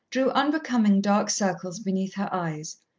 drew unbecoming dark circles beneath her eyes,